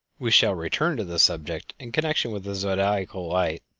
we shall return to this subject in connection with the zodiacal light,